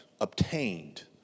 obtained